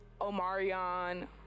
Omarion